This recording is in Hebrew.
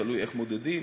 תלוי איך מודדים,